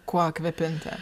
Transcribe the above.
kuo kvepinti